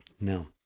Now